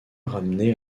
ramené